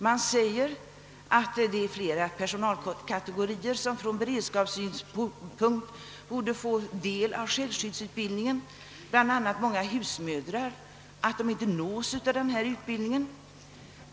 Man säger att flera personalkategorier från beredskapssynpunkt borde få del av självskyddsutbildning, bl.a. många husmödrar, och att de inte nås av den nuvarande utbildningen.